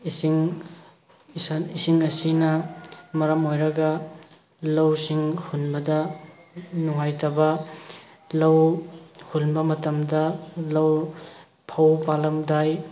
ꯏꯁꯤꯡ ꯏꯁꯤꯡ ꯑꯁꯤꯅ ꯃꯔꯝ ꯑꯣꯏꯔꯒ ꯂꯧꯁꯤꯡ ꯍꯨꯟꯕꯗ ꯅꯨꯡꯉꯥꯏꯇꯕ ꯂꯧ ꯍꯨꯟꯕ ꯃꯇꯝꯗ ꯂꯧ ꯐꯧ ꯄꯥꯜꯂꯝꯗꯥꯏ